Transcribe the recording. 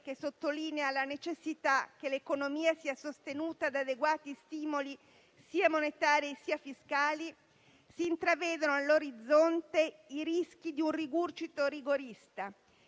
che sottolinea la necessità che l'economia sia sostenuta da adeguati stimoli sia monetari sia fiscali, si intravedono all'orizzonte i rischi di un rigurgito rigorista,